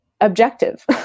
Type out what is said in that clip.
objective